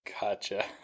gotcha